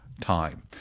time